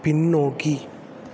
பின்னோக்கி